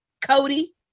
Cody